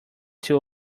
too